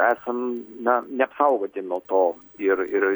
esam na neapsaugoti nuo to ir ir